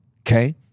Okay